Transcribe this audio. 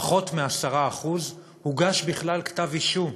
פחות מ-10% הוגש בכלל כתב אישום.